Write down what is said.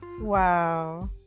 Wow